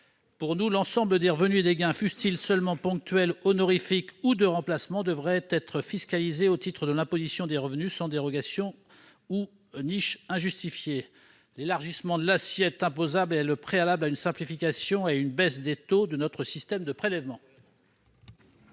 publique. L'ensemble des revenus et des gains, fussent-ils seulement ponctuels, honorifiques ou de remplacement, devraient être fiscalisés au titre de l'imposition des revenus, sans dérogation ou niche injustifiée. L'élargissement de l'assiette imposable est le préalable à une simplification et à une baisse des taux de notre système de prélèvements.